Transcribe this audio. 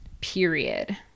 period